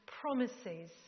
promises